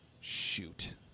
Shoot